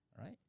Right